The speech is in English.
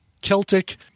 celtic